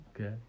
Okay